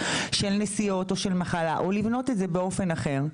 של נסיעות או של מחלה או למנות את זה באופן אחר.